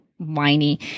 whiny